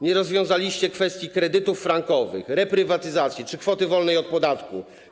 Nie rozwiązaliście kwestii kredytów frankowych, reprywatyzacji czy kwoty wolnej od podatku.